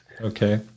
Okay